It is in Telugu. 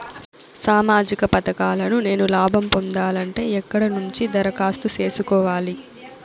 సామాజిక పథకాలను నేను లాభం పొందాలంటే ఎక్కడ నుంచి దరఖాస్తు సేసుకోవాలి?